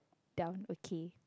down okay